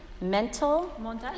mental